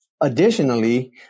additionally